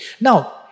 Now